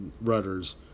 rudders